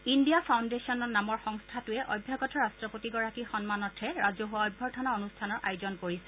India ফাউণ্ডেছনৰ নামৰ সংস্থাটোৱে অভ্যাগত ৰাট্টপতিগৰাকীৰ সন্মানৰ্থে ৰাজহুৱা অভাৰ্থনা অনুষ্ঠানৰ আয়োজন কৰিছে